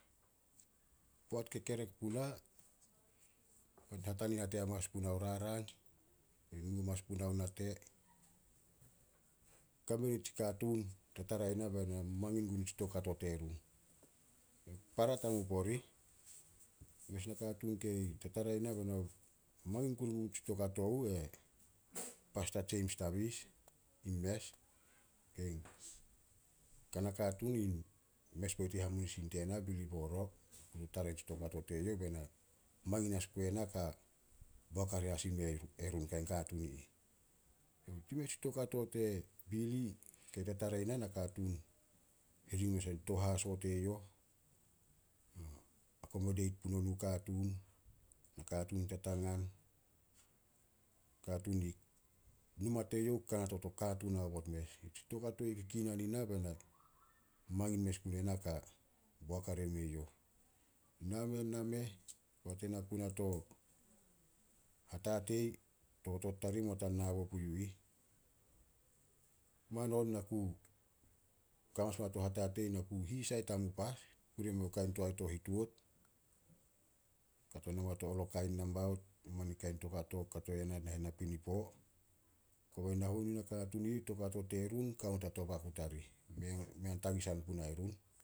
Poat kekerek puna, hatania nate amanas puna o rarang, nu hamanas punao nate. Kame nitsi katuun tatara i na be na mamangin gun tsi toukato run. Para tamup orih. Mes nakatuun kei tatara i na be na mangin kuru gun tsi toukato uh, e pasta James Tavis, in mes. Kanaka katuun, in mes poit in hamunisin tena e Billy Boro. Na ku tara tsi toukato teyouh be na mangin as gue na ka boak hare as ime run, kain katuun i ih. Tsi mes tsi tuokato te Billy kei tatara na, nakatuun hiring mes a tein tou haso teyouh, akomodeit puno nuh nakatuun, nakatuun tatangan. Numa teyouh kanat a to katuun aobot mes. Tsitoukato ih Kinan ina be na mangin mes gue na ka boak hare ime youh. Name- nameh, poat ena ku nah to hatatei, totot tarih mei not a nabo pu yu ih. Man on, na ku, ka manas puana to hatatei, na ku hisai tamup as. Kure i meh kain toae to hituat. Kato to olo kain nambaut, mamein in kain toukato kato yana nahen napinipo. Kobe na huenu nakatuun i ih, toukato terun kao not a to baku tarih. Mei- mei a tagisan punai run.